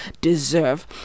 deserve